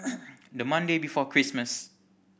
the Monday before Christmas